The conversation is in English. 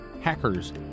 hackers